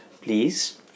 please